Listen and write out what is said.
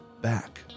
back